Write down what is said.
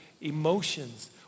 emotions